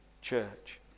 church